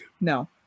No